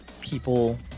people